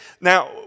Now